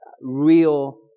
real